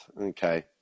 Okay